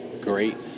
great